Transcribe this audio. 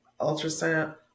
ultrasound